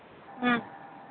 ꯎꯝ